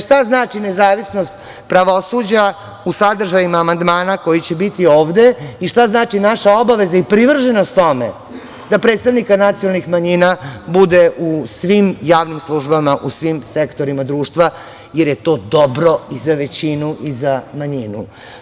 Šta znači nezavisnost pravosuđa u sadržajima amandmana koji će biti ovde i šta znači naša obaveza i privrženost tome da predstavnika nacionalnih manjina bude u svim javnim službama u svim sektorima društva, jer je to dobro i za većinu i za manjinu.